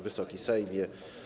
Wysoki Sejmie!